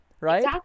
right